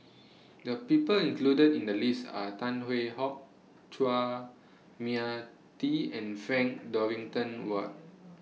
The People included in The list Are Tan Hwee Hock Chua Mia Tee and Frank Dorrington Ward